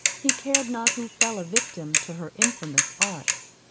he cared not who fell a victim to her infamous arts.